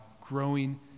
growing